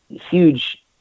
huge